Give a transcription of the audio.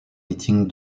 meeting